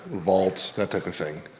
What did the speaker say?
vaults that type of thing.